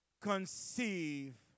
conceive